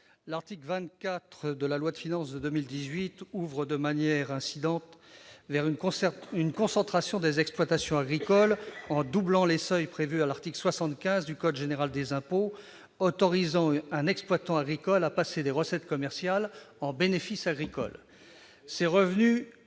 L'article 24 de la loi de finances pour 2018 entraîne de manière incidente une concentration des exploitations agricoles en doublant les seuils prévus à l'article 75 du code général des impôts, qui autorise un exploitant agricole à passer des recettes commerciales en bénéfices agricoles. Ces revenus